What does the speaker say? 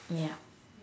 ya